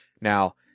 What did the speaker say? Now